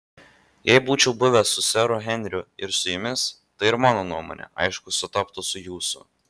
jei būčiau buvęs su seru henriu ir su jumis tai ir mano nuomonė aišku sutaptų su jūsų